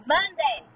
Monday